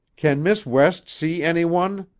can miss west see any one?